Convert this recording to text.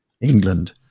England